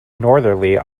northerly